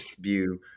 view